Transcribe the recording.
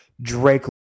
Drake